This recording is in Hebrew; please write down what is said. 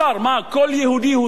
מה, כל יהודי הוא סופרמן?